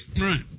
Right